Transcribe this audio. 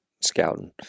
scouting